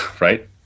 right